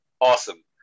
Awesome